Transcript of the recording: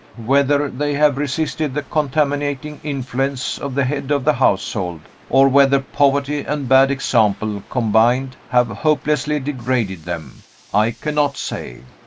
whether they have resisted the contaminating influence of the head of the household or whether poverty and bad example combined have hopelessly degraded them i cannot say.